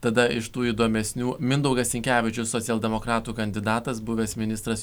tada iš tų įdomesnių mindaugas sinkevičius socialdemokratų kandidatas buvęs ministras